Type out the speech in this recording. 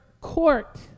court